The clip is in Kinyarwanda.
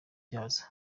byazo